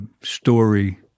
story